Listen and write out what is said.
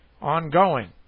ongoing